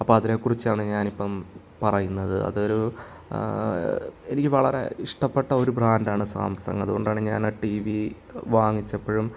അപ്പം അതിനെക്കുറിച്ചാണ് ഞാനിപ്പം പറയുന്നത് അതൊരു എനിക്ക് വളരെ ഇഷ്ടപ്പെട്ട ഒരു ബ്രാൻഡ് ആണ് സാംസങ് അതുകൊണ്ടാണ് ഞാൻ ആ ടി വി വാങ്ങിച്ചപ്പോഴും